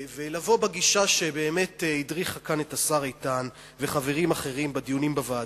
ולבוא בגישה שהדריכה כאן את השר איתן וחברים אחרים בדיונים בוועדה,